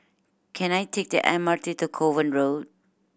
can I take the M R T to Kovan Road